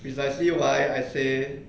precisely why I say